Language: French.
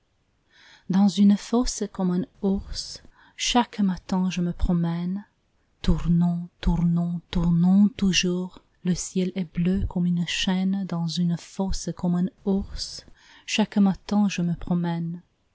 dans une fosse comme un ours chaque matin je me promène tournons tournons tournons toujours le ciel est bleu comme une chaîne dans une fosse comme un ours chaque matin je me promène